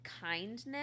kindness